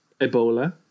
Ebola